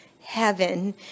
heaven